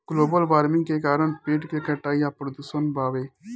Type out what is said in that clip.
global warming के कारण पेड़ के कटाई आ प्रदूषण बावे